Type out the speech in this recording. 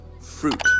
fruit